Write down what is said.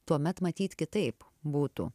tuomet matyt kitaip būtų